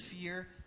fear